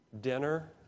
dinner